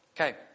Okay